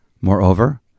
moreover